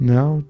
Now